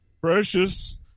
Precious